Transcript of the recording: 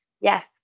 yes